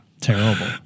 Terrible